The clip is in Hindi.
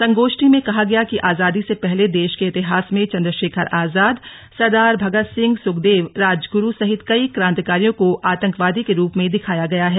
संगोष्ठी में कहा गया कि आजादी से पहले देश के इतिहास में चन्द्रशेखर आजाद सरदार भगत सिंह सुखदेव राजगुरू सहित कई क्रांतिकारियों को आतंकवादी के रूप में दिखाया गया है